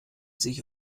sich